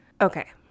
Okay